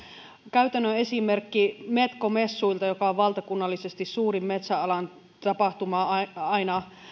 käytännön esimerkki metko messuilta joka on valtakunnallisesti suurin metsäalan tapahtuma aina